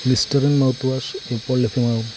Listerine mouthwash എപ്പോൾ ലഭ്യമാകും